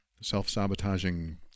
self-sabotaging